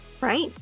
Right